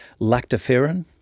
lactoferrin